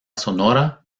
sonora